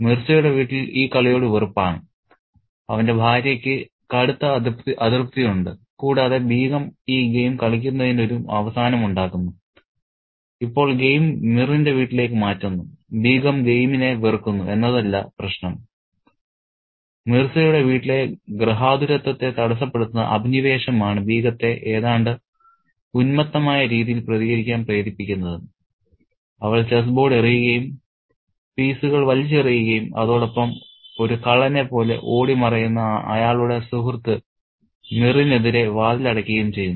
മിർസയുടെ വീട്ടിൽ ഈ കളിയോട് വെറുപ്പാണ് അവന്റെ ഭാര്യക്ക് കടുത്ത അതൃപ്തിയുണ്ട് കൂടാതെ ബീഗം ഈ ഗെയിം കളിക്കുന്നതിന് ഒരു അവസാനമുണ്ടാക്കുന്നു ഇപ്പോൾ ഗെയിം മിറിന്റെ വീട്ടിലേക്ക് മാറ്റുന്നു ബീഗം ഗെയിമിനെ വെറുക്കുന്നു എന്നതല്ല പ്രശ്നം മിർസയുടെ വീട്ടിലെ ഗൃഹാതുരത്വത്തെ തടസ്സപ്പെടുത്തുന്ന അഭിനിവേശമാണ് ബീഗത്തെ ഏതാണ്ട് ഉന്മത്തമായ രീതിയിൽ പ്രതികരിക്കാൻ പ്രേരിപ്പിക്കുന്നത് അവൾ ചെസ്സ് ബോർഡ് എറിയുകയും പീസുകൾ വലിച്ചെറിയുകയും അതോടൊപ്പം ഒരു കള്ളനെപ്പോലെ ഓടി മറയുന്ന അയാളുടെ സുഹൃത്ത് മിറിനെതിരെ വാതിൽ അടയ്ക്കുകയും ചെയ്യുന്നു